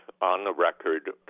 on-the-record